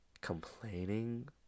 complaining